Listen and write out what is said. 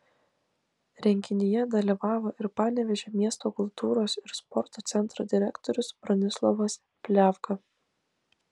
renginyje dalyvavo ir panevėžio miesto kultūros ir sporto centro direktorius bronislovas pliavga